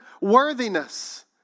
worthiness